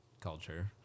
culture